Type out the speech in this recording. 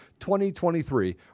2023